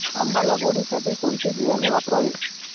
आंबा लागवडीसाठी कोणते बियाणे वापरावे?